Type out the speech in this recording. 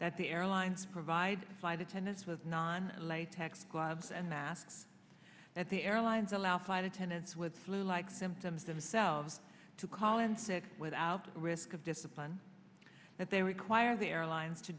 that the airlines provide flight attendants with non latex gloves and masks at the airlines allow flight attendants with flu like symptoms themselves to call in sick without the risk of discipline that they require the airlines to